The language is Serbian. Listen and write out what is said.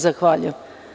Zahvaljujem.